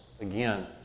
Again